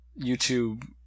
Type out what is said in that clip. YouTube